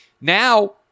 Now